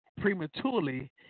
prematurely